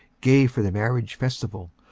gay for the marriage festival,